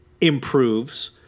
improves